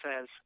says